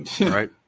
right